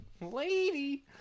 lady